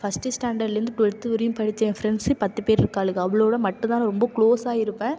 first ஸ்டாண்டர்ட்லேந்து twelfth வரையும் படித்த என் ஃப்ரெண்ட்ஸ் பத்து பேர் இருக்காளுக அவளோட மட்டும் தான் நான் ரொம்ப க்ளோஸாக இருப்பேன்